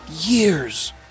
years